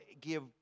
give